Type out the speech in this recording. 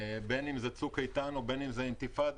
בין אם זה צוק איתן ובין אם זאת אינתיפאדה,